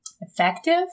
effective